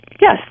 Yes